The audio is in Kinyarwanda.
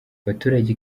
abaturage